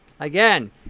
Again